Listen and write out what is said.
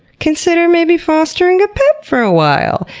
consider maybe fostering a pet for a while!